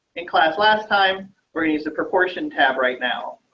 in class last time we're used to proportion tab right now.